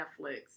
Netflix